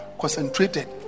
concentrated